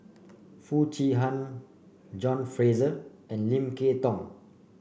Foo Chee Han John Fraser and Lim Kay Tong